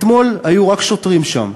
אתמול היו רק שוטרים שם.